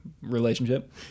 relationship